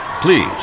Please